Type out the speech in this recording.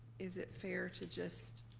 is it fair to just